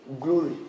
Glory